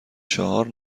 چهار